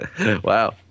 Wow